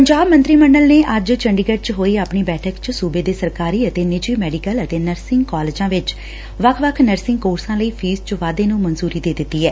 ਪੰਜਾਬ ਮੰਤਰੀ ਮੰਡਲ ਨੇ ਅੱਜ ਚੰਡੀਗੜ ਚ ਹੋਈ ਆਪਣੀ ਬੈਠਕ ਚ ਸੁਬੇ ਦੇ ਸਰਕਾਰੀ ਅਤੇ ਨਿੱਜੀ ਮੈਡੀਕਲ ਅਤੇ ਨਰਸਿੰਗ ਕਾਲਜਾ ਚ ਵੱਖ ਵੱਖ ਨਰਸੰੰਗ ਕੋਰਸਾ ਲਈ ਫੀਸ ਚ ਵਾਧੇ ਨੰ ਮਨਚਰੀ ਦੇ ਦਿੱਤੀ ਐ